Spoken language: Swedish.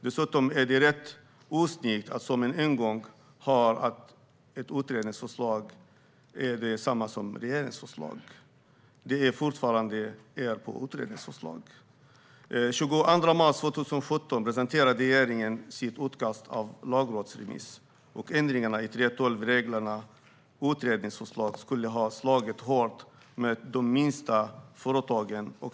Dessutom är inte ett utredningsförslag detsamma som ett regeringsförslag. Den 22 mars 2017 presenterade regeringen sitt utkast till lagrådsremiss. Ändringarna av 3:12-reglerna i utredningsförslaget skulle ha slagit hårt mot de minsta företagen.